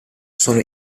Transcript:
sono